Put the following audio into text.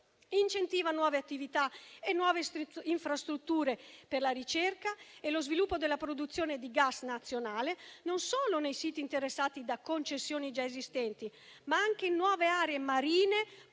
incentiva nuove attività e nuove infrastrutture per la ricerca e lo sviluppo della produzione di gas nazionale, non solo nei siti interessati da concessioni già esistenti, ma anche in nuove aree marine